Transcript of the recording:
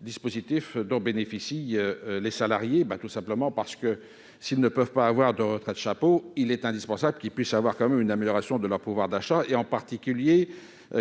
dispositifs dont bénéficient les salariés. S'ils ne peuvent pas avoir de retraite chapeau, il est indispensable qu'ils bénéficient d'une amélioration de leur pouvoir d'achat, et en particulier